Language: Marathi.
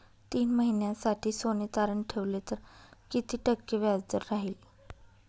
तीन महिन्यासाठी सोने तारण ठेवले तर किती टक्के व्याजदर राहिल?